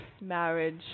marriage